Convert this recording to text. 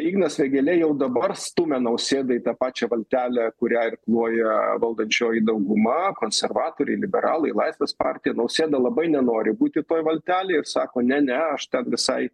ignas vėgėlė jau dabar stumia nausėdą į tą pačią valtelę kurią irkluoja valdančioji dauguma konservatoriai liberalai laisvės partija nausėda labai nenori būti toj valtelėj ir sako ne ne aš ten visai